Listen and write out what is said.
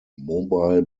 mobile